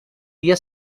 dia